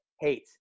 hate